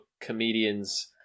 comedians